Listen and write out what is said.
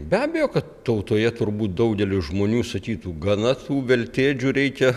be abejo kad tautoje turbūt daugeliui žmonių sakytų gana tų veltėdžių reikia